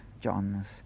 John's